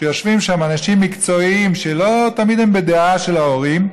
שיושבים שם אנשים מקצועיים שלא תמיד הם בדעה של ההורים,